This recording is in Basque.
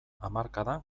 hamarkadan